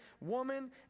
woman